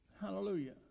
Hallelujah